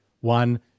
One